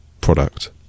product